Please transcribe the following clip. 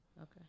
Okay